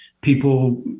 people